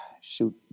shoot